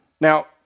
now